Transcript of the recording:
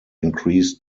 increased